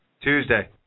Tuesday